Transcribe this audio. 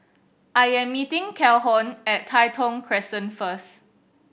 I am meeting Calhoun at Tai Thong Crescent first